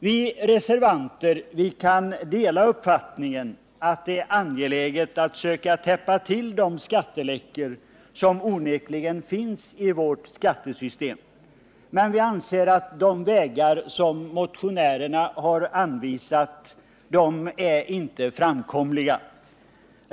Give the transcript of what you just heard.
Vi reservanter kan dela uppfattningen att det är angeläget att söka täppa till de skatteläckor som onekligen finns i vårt skattesystem, men vi anser att de vägar som motionärerna anvisat inte är framkomliga.